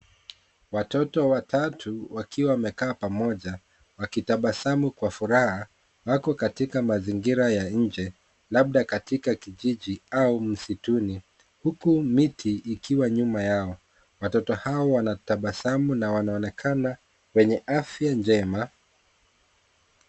Watoto watatu wakiwa wamekaa pamoja, wakitabasamu kwa furaha, wako katika mazingira ya nje, labda katika kijiji au msituni, huku miti ikiwa nyuma yao. Watoto hao wanatabasamu na wanaonekana wenye afya njema.